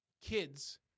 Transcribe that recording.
kids